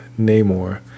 Namor